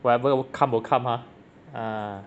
whatever will come will come uh ah